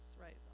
right